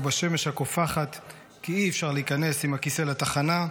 בשמש הקופחת כי אי-אפשר להיכנס עם הכיסא לתחנה,